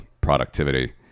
productivity